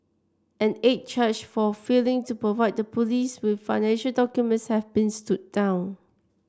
an eighth charge for failing to provide the police with financial documents has been stood down